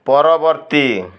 ପରବର୍ତ୍ତୀ